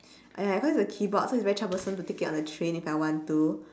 !aiya! because it's a keyboard so it's very troublesome to take it on the train if I want to